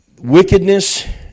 wickedness